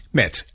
met